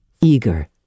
eager